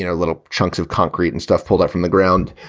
you know little chunks of concrete and stuff pulled out from the ground.